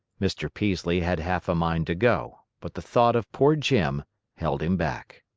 mr. peaslee had half a mind to go, but the thought of poor jim held him back.